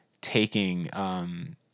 taking